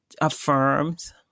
affirms